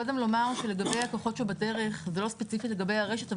לגבי הכוחות שבדרך, זה לא ספציפי לגבי הרשת.